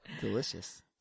Delicious